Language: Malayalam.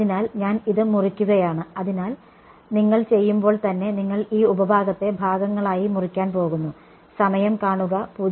അതിനാൽ ഞാൻ ഇത് മുറിക്കുകയാണ് അതിനാൽ നിങ്ങൾ ചെയ്യുമ്പോൾ തന്നെ നിങ്ങൾ ഈ ഉപഭാഗത്തെ ഭാഗങ്ങളായി മുറിക്കാൻ പോകുന്നു സമയം കാണുക 0130